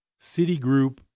Citigroup